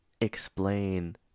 explain